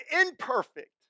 imperfect